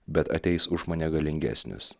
bet ateis už mane galingesnis